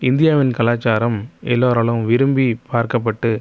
இந்தியாவின் கலாச்சாரம் எல்லோராலும் விரும்பி பார்க்கப்பட்டு